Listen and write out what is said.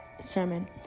sermon